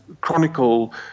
chronicle